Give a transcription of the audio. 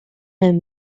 home